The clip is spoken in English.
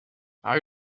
are